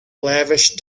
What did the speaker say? lavish